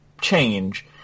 change